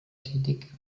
tätig